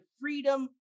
freedom